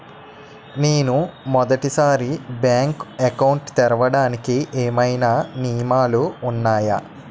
నేను మొదటి సారి బ్యాంక్ అకౌంట్ తెరవడానికి ఏమైనా నియమాలు వున్నాయా?